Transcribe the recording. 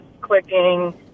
clicking